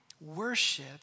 Worship